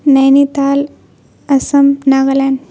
نینی تال اسم ناگا لینڈ